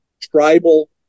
tribal